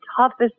toughest